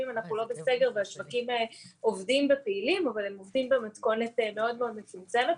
השווקים עובדים ופעילים אבל במתכונת מצומצמת.